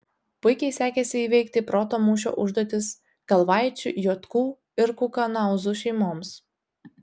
puikiai sekėsi įveikti proto mūšio užduotis kalvaičių juotkų ir kukanauzų šeimoms